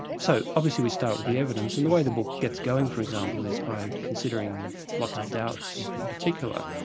so, obviously we start with the evidence, and the way the book gets going, for example, is by considering lots of doubts in particular,